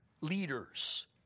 leaders